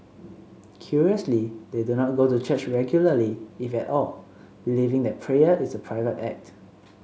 curiously they do not go to church regularly if at all believing that prayer is a private act